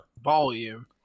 volume